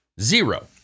zero